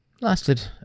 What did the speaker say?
lasted